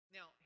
Now